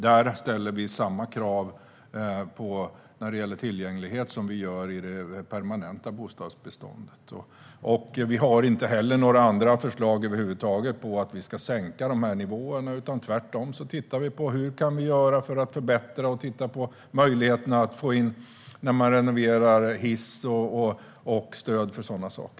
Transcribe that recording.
Där ställer vi samma krav på tillgänglighet som i det permanenta bostadsbeståndet. Vi har över huvud taget inga förslag på att sänka nivåerna, utan tvärtom tittar vi på hur vi kan förbättra och på möjligheterna att när man renoverar installera hiss och liknande.